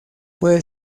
puede